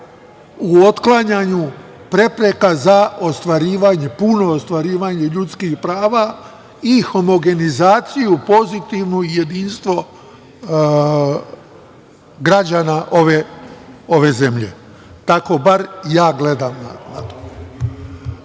u otklanjanju prepreka za puno ostvarivanje ljudskih prava i homogenizaciju pozitivnu i jedinstvo građana ove zemlje. Tako bar ja gledam na